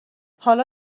حالا